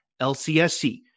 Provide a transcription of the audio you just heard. LCSC